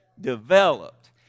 developed